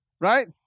right